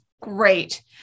Great